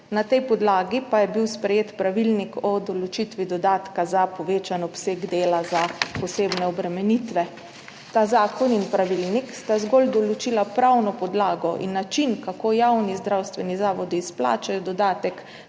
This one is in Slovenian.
na tej podlagi pa je bil sprejet Pravilnik o določitvi dodatka za povečan obseg dela za posebne obremenitve. Ta zakon in pravilnik sta zgolj določila pravno podlago in način, kako javni zdravstveni zavodi izplačajo dodatek